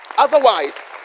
Otherwise